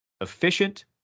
Efficient